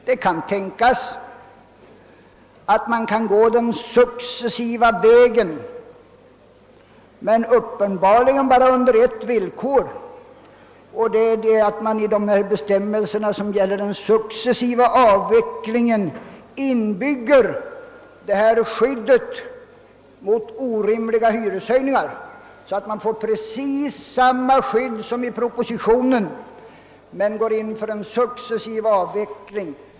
Det kan tänkas att man kan gå successivt till väga, men uppenbarligen endast under ett villkor. I de bestämmelser som gäller den successiva avvecklingen måste inbyggas det omtalade skyddet mot orimliga hyreshöjningar, så att det får precis samma omfattning som föreslås i propositionen.